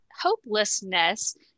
hopelessness